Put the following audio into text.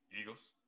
Eagles